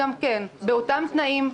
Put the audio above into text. באותם תנאים,